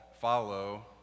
follow